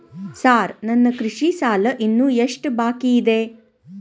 Sir ನನ್ನ ಕೃಷಿ ಸಾಲ ಇನ್ನು ಎಷ್ಟು ಬಾಕಿಯಿದೆ?